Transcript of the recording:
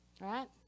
right